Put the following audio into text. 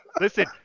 Listen